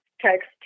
text